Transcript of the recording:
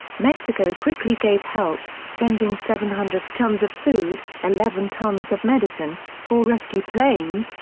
mexico quickly gave help, sending seven hundred tons of food, eleven tons of medicine, four rescue planes,